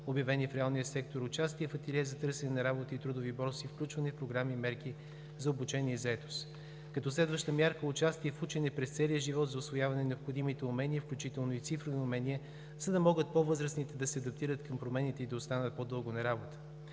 обявени в реалния сектор, участия в ателие за търсене на работа и трудови борси, включване в програми, мерки за обучение и заетост. Като следваща мярка – участие в учене през целия живот за усвояване на необходимите умения, включително и цифрови умения, за да могат по-възрастните да се адаптират към промените и да останат по-дълго на работа.